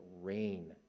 rain